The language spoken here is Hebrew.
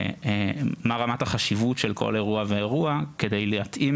מה רמת החשיבות של כל אירוע ואירוע כדי להתאים